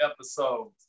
episodes